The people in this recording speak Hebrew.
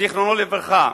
זיכרונו לברכה.